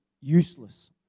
useless